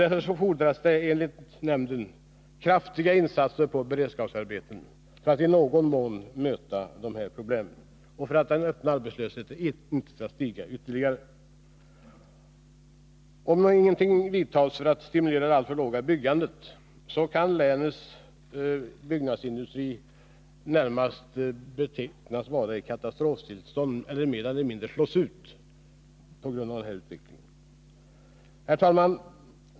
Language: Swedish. Därför fordras det, enligt nämnden, kraftiga insatser i form av beredskapsarbeten för att i någon mån möta dessa problem och förhindra att den öppna arbetslösheten stiger ytterligare. Om inga åtgärder vidtas för att stimulera det alltför låga byggandet, kan länets byggnadsindustri närmast sägas vara i ett katastroftillstånd. Den riskerar att mer eller mindre slås ut på grund av denna utveckling. Herr talman!